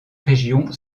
région